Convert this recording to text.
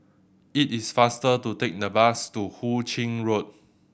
it is faster to take the bus to Hu Ching Road